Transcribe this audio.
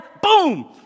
boom